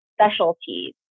specialties